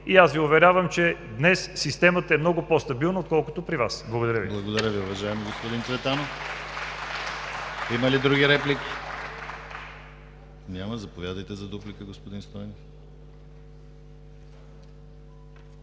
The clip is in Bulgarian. и аз Ви уверявам, че днес системата е много по стабилна, отколкото при Вас. Благодаря Ви. ПРЕДСЕДАТЕЛ ДИМИТЪР ГЛАВЧЕВ: Благодаря Ви, уважаеми господин Цветанов. Има ли други реплики? Няма. Заповядайте за дуплика, господин Стойнев.